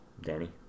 Danny